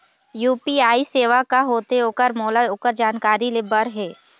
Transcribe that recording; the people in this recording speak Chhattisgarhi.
यू.पी.आई सेवा का होथे ओकर मोला ओकर जानकारी ले बर हे?